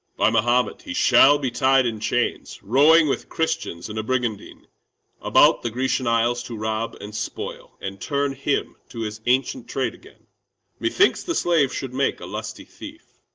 by mahomet, he shall be tied in chains, rowing with christians in a brigandine about the grecian isles to rob and spoil, and turn him to his ancient trade again methinks the slave should make a lusty thief.